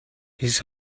his